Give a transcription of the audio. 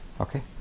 okay